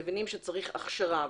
אנו מבינים שצריך הכשרה.